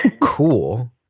cool